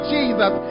Jesus